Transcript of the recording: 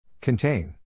Contain